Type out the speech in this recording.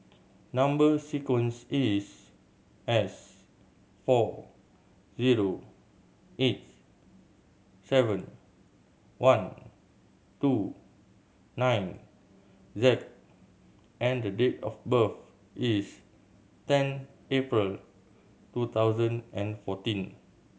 number sequence is S four zero eight seven one two nine Z and the date of birth is ten April two thousand and fourteen